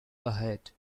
ahead